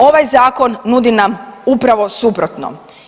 Ovaj zakon nudi nam upravo suprotno.